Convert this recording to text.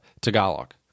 Tagalog